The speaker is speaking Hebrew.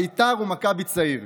בית"ר ומכבי צעיר,